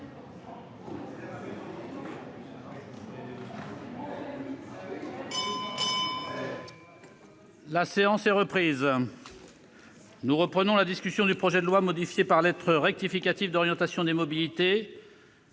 La séance est reprise. Nous poursuivons l'examen du projet de loi, modifié par lettre rectificative, d'orientation des mobilités.